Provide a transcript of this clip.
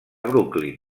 brooklyn